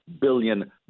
billion